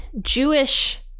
Jewish